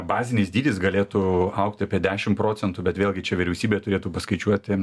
bazinis dydis galėtų augti apie dešim procentų bet vėlgi čia vyriausybė turėtų paskaičiuoti